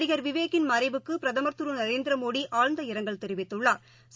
நடிகள் விவேக் யின் மறைவுக்குபிரதமா் திருநரேந்திரமோடிஆழ்ந்த இரங்கல் தெரிவித்துள்ளாா்